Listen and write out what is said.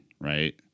right